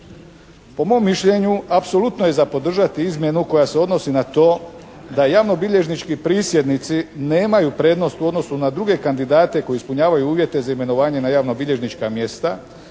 Po mom mišljenju apsolutno je za podržati izmjenu koja se odnosi na to da javnobilježnički prisjednici nemaju prednost u odnosu na druge kandidate koji ispunjavaju uvjete za imenovanje na javnobilježnička mjesta